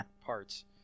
parts